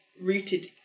rooted